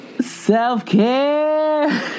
Self-care